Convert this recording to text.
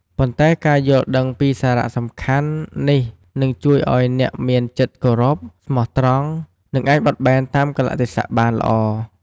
ប៉ុន្តែការយល់ដឹងពីសារៈសំខាន់នេះនឹងជួយឲ្យអ្នកមានចិត្តគោរព ស្មោះត្រង់ និងអាចបត់បែនតាមកាលៈទេសៈបានល្អ។